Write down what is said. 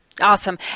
Awesome